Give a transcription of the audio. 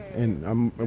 and um ah